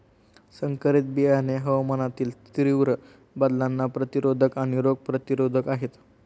संकरित बियाणे हवामानातील तीव्र बदलांना प्रतिरोधक आणि रोग प्रतिरोधक आहेत